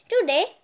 today